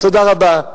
תודה רבה.